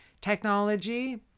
technology